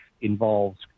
involves